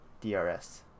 DRS